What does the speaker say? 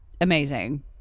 Amazing